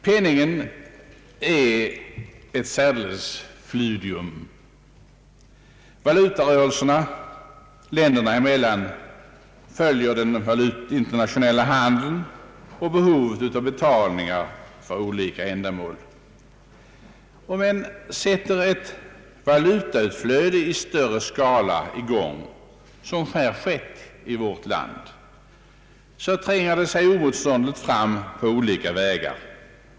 Penningen är ett särdeles fluidum. Valutarörelserna länderna emellan följer den internationella handeln och behovet av betalningar för olika ändamål. Om ett valutautflöde i större skala kommer i gång, som på sistone skett i vårt land, tränger det sig oemotståndligt fram på olika vägar.